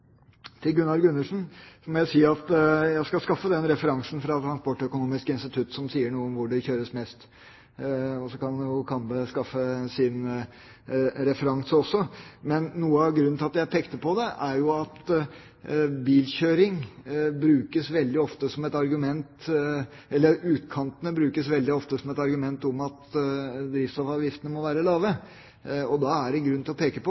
Til Gunnar Gundersen må jeg si at jeg skal skaffe den referansen fra Transportøkonomisk institutt som sier noe om hvor det kjøres mest, og så kan Kambe skaffe sin referanse. Men noe av grunnen til at jeg pekte på det, er at utkantene brukes veldig ofte som et argument for at drivstoffavgiftene må være lave. Da er det grunn til å peke på